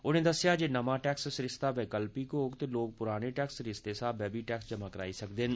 उनें दस्सेआ जे नमां टैक्स सरिस्ता वैकल्पिक होग ते लोक पुराने टैक्स सरिस्ते स्हाबै बी टैक्स जमा कराई सकदे न